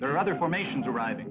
there are other formations arriving